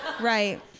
right